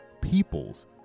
people's